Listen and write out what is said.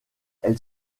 elle